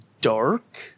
dark